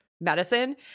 medicine